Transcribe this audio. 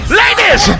ladies